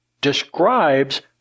describes